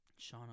Shauna